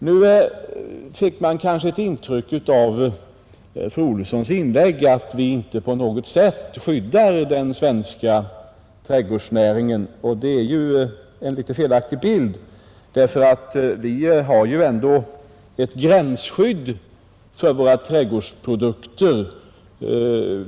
Man fick kanske av fru Olssons inlägg ett intryck av att vi inte på något sätt skyddar den svenska trädgårdsnäringen, och det är ju en litet felaktig bild. Vi har ändå ett gränsskydd för våra trädgårdsprodukter.